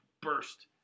burst